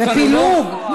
ופילוג.